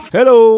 Hello